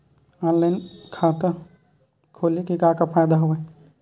online बचत खाता खोले के का का फ़ायदा हवय